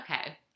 okay